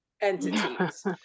entities